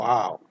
Wow